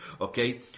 okay